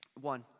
One